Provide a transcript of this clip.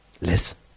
Listen